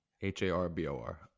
H-A-R-B-O-R